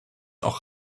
auch